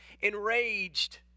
enraged